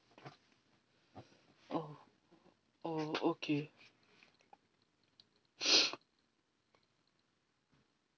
oh oh okay